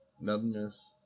numbness